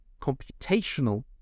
computational